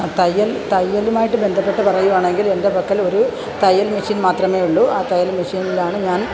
തയ്യൽ തയ്യലുമായിട്ട് ബന്ധപ്പെട്ട് പറയുകയാണെങ്കിൽ എൻ്റെ പക്കൽ ഒരു തയ്യൽ മഷീൻ മാത്രമേ ഉളളൂ ആ തയ്യൽ മഷീനിലാണ് ഞാൻ